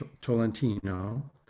Tolentino